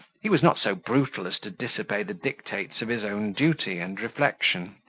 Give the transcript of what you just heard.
he was not so brutal as to disobey the dictates of his own duty and reflection,